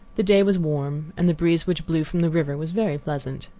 the day was warm, and the breeze which blew from the river was very pleasant.